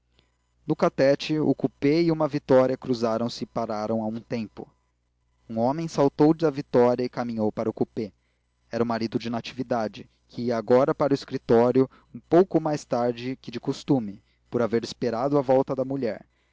no catete o coupé e uma vitória cruzaram-se e pararam a um tempo um homem saltou da vitória e caminhou para o coupé era o marido de natividade que ia agora para o escritório um pouco mais tarde que de costume por haver esperado a volta da mulher